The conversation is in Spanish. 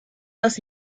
los